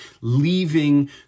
leaving